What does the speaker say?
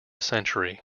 century